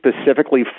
specifically